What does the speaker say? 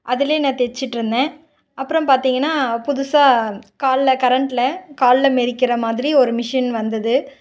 அதில் நான் தச்சிட்ருந்தேன் அப்புறம் பார்த்தீங்கனா புதுசாக காலில் கரெண்ட்டில் காலில் மெதிக்கிற மாதிரி ஒரு மிஷின் வந்தது